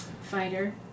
Fighter